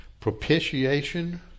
propitiation